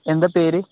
എന്താ പേര്